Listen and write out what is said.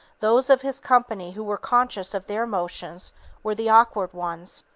those of his company who were conscious of their motions were the awkward ones,